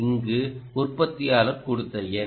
இங்கு உற்பத்தியாளர் கொடுத்த எண்